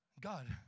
God